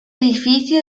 edificio